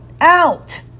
Out